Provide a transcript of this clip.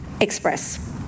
express